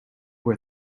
were